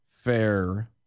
fair